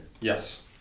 Yes